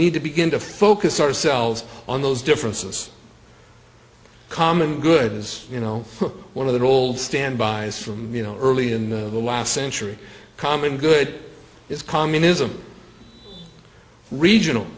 need to begin to focus ourselves on those differences common good as you know one of the old standbys from you know early in the last century common good is communism regional